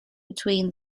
between